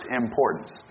importance